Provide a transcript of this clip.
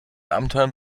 abenteuern